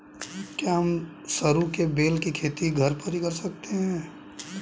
क्या हम सरू के बेल की खेती घर पर ही कर सकते हैं?